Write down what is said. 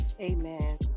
Amen